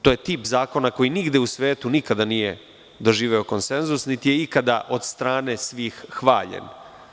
To je tip zakona koji nigde u svetu nikada nije doživeo konsenzus, niti je ikada od strane svih hvaljen.